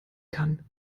kann